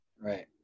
Right